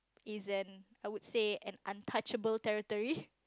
is an I would say an untouchable territory